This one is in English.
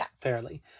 fairly